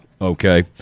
Okay